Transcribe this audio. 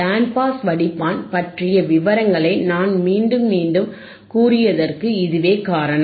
pant pass வடிப்பான் பற்றிய விவரங்களை நான் மீண்டும் மீண்டும் கூறியதற்கு இதுவே காரணம்